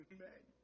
Amen